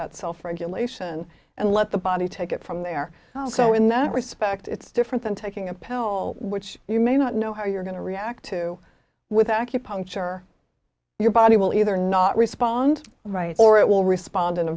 that self regulation and let the body take it from there so in that respect it's different than taking a pill which you may not know how you're going to react to with acupuncture your body will either not respond right or it will respond in a